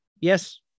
yes